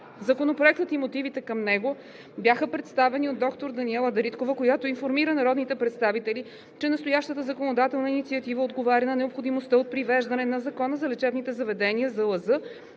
Законопроектът и мотивите към него бяха представени от доктор Даниела Дариткова, която информира народните представители, че настоящата законодателна инициатива отговаря на необходимостта от привеждане на Закона за лечебните заведения в